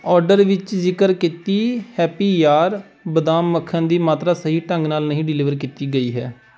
order ਵਿੱਚ ਜ਼ਿਕਰ ਕੀਤੀ ਹੈਪੀ ਜਾਰ ਬਦਾਮ ਮੱਖਣ ਦੀ ਮਾਤਰਾ ਸਹੀ ਢੰਗ ਨਾਲ ਨਹੀਂ ਡਿਲੀਵਰ ਕੀਤੀ ਗਈ ਹੈ